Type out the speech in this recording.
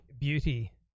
beauty